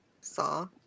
saw